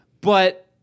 But-